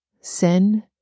Sin